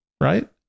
Right